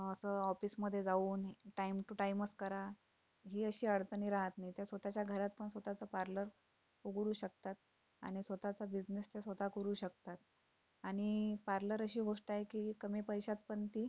असं ऑफिसमध्ये जाऊन टाईम टू टाईमच करा ही अशी अडचणी राहत नाही त्या स्वतःच्या घरात पण स्वतःचं पार्लर उघडू शकतात आणि स्वतःचा बिझनेस त्या स्वतः करू शकतात आणि पार्लर अशी गोष्ट आहे की कमी पैशात पण ती